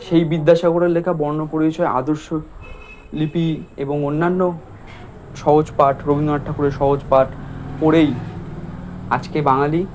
সেই বিদ্যাসাগরের লেখা বর্ণপরিচয় আদর্শলিপি এবং অন্যান্য সহজপাঠ রবীন্দ্রনাথ ঠাকুরের সহজপাঠ পড়েই আজকে বাঙালি